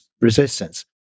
resistance